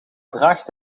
draagt